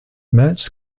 mertz